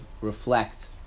reflect